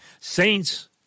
Saints